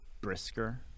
brisker